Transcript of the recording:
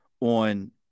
on